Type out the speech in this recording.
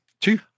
two